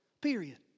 Period